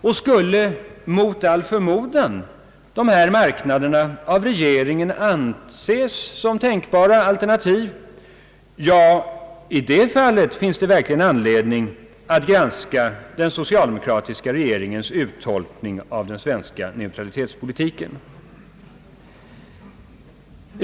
Om mot all förmodan dessa marknader av regeringen anses som tänkbara alternativ, finns det verkligen anledning att granska den socialdemokratiska regeringens uttolkning av den svenska neutralitetspolitiken.